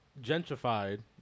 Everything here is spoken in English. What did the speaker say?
gentrified